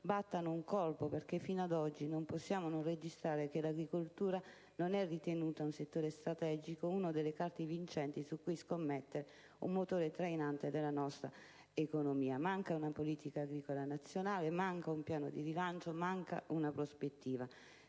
battano un colpo, perche´ fino ad oggi non possiamo non registrare che l’agricoltura non eritenuta un settore strategico, una delle carte vincenti su cui scommettere, un motore trainante della nostra economia. Manca una politica agricola nazionale, manca un piano di rilancio, manca una prospettiva.